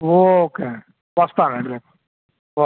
okay అండి వస్తాను అండి రేపు ఓకే